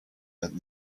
and